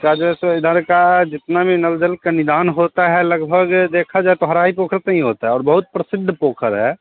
उसका जो है सो इधर का जितना भी नवजल का निदान होता है लगभग देखा जाए तो हराही पोखर पर हीं होता है और बहुत प्रसिद्ध पोखर है